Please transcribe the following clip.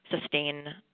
sustain